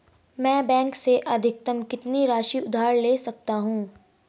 मैं बैंक से अधिकतम कितनी राशि उधार ले सकता हूँ?